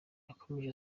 yakomeje